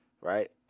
right